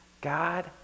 God